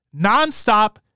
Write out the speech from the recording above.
Nonstop